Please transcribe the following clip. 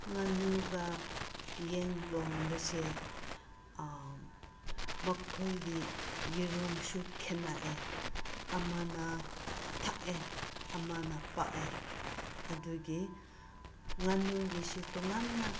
ꯉꯥꯅꯨꯒ ꯌꯦꯟꯒꯨꯝꯕꯁꯦ ꯃꯈꯣꯏꯒꯤ ꯌꯦꯔꯨꯝꯁꯨ ꯈꯦꯠꯅꯩ ꯑꯃꯅ ꯊꯥꯏꯌꯦ ꯑꯝꯅ ꯄꯥꯏꯌꯦ ꯑꯗꯨꯒꯤ ꯉꯥꯅꯨꯒꯤꯁꯦ ꯇꯣꯉꯥꯟꯅ